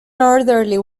northerly